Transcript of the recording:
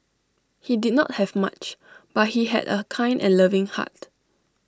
he did not have much but he had A kind and loving heart